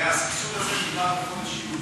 והסבסוד הזה נגמר בחודש יולי.